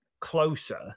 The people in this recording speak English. closer